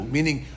Meaning